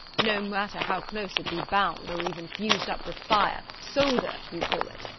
no matter how close it be bound or even fused up with fire solder you call it.